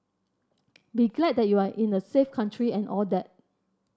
be glad that you are in a safe country and all that